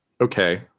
Okay